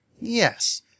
Yes